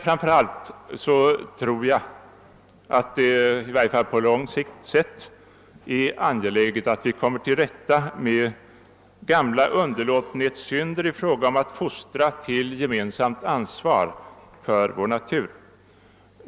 Framför allt tror jag att det åtminstone på lång sikt är angeläget, att vi kommer till rätta med underlåtenhetssynderna i fråga om fostran till gemensamt ansvar för vår natur.